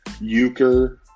Euchre